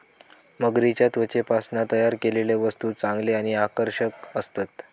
मगरीच्या त्वचेपासना तयार केलेले वस्तु चांगले आणि आकर्षक असतत